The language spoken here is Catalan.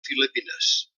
filipines